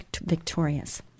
victorious